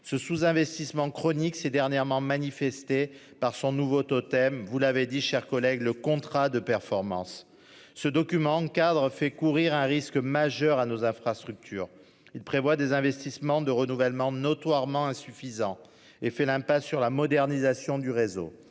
Ce sous-investissement chronique c'est dernièrement manifesté par son nouveau totem, vous l'avez dit chers collègue le contrat de performance. Ce document encadre fait courir un risque majeur à nos infrastructures. Il prévoit des investissements de renouvellement notoirement insuffisant et fait l'impasse sur la modernisation du réseau